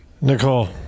Nicole